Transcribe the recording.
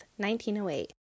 1908